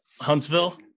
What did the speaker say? huntsville